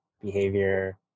behavior